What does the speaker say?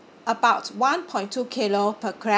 about one point two kilo per crab